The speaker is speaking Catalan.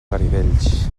garidells